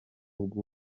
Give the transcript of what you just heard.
bw’u